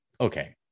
okay